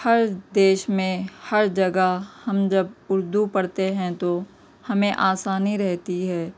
ہر دیش میں ہر جگہ ہم جب اردو پڑھتے ہیں تو ہمیں آسانی رہتی ہے